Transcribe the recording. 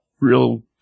real